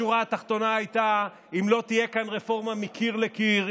השורה התחתונה הייתה שאם לא תהיה כאן רפורמה מקיר לקיר,